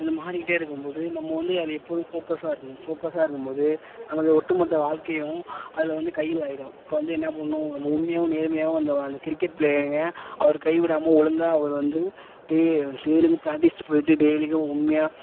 அந்த மாறிக்கிட்டே இருக்கும்போது நம்ம வந்து அது எப்போதும் ஃபோக்கஸ்ஸாக இருக்கணும் ஃபோக்கஸ்ஸாக இருக்கும்போது நமது ஒட்டுமொத்த வாழ்க்கையும் அதில் வந்து கையில் ஆகிடும் அப்போ வந்து என்ன பண்ணணும் நம்ம உண்மையாகவும் நேர்மையாகவும் அந்த வ அந்த கிரிக்கெட் ப்ளேயிங்கை அவர் கை விடாமல் ஒழுங்கா அவர் வந்து டெய் டெய்லியும் ப்ராக்டீஸ் போய்ட்டு டெய்லிக்கும் உண்மையாக